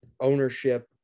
ownership